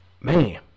man